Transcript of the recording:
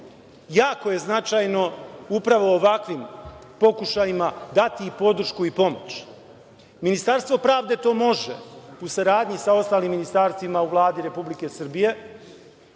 je značajno upravo ovakvim pokušajima dati podršku i pomoć. Ministarstvo pravde to može u saradnji sa ostalim ministarstvima u Vladi Republike Srbije,